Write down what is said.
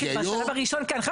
יתחיל בשלב הראשון כך,